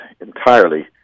entirely